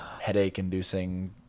Headache-inducing